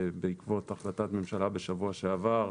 ובעקבות החלטת ממשלה בשבוע שעבר,